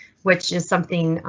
which is something.